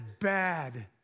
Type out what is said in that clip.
bad